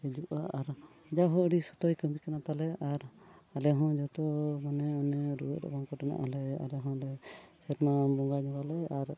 ᱦᱤᱡᱩᱜᱼᱟ ᱟᱨ ᱡᱟ ᱦᱚᱸ ᱟᱹᱰᱤ ᱥᱚᱠᱛᱚᱭ ᱠᱟᱹᱢᱤ ᱠᱟᱱᱟ ᱛᱟᱞᱮ ᱟᱨ ᱟᱞᱮᱦᱚᱸ ᱡᱚᱛᱚ ᱢᱟᱱᱮ ᱚᱱᱮ ᱨᱩᱣᱟᱹ ᱨᱟᱵᱟᱝ ᱠᱚᱨᱮᱱᱟᱜ ᱦᱚᱸᱞᱮ ᱟᱞᱮ ᱦᱚᱞᱮ ᱦᱚᱸ ᱞᱮ ᱥᱮᱨᱢᱟ ᱵᱚᱸᱜᱟ ᱧᱚᱜᱟᱞᱮ ᱟᱨ